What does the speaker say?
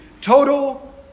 Total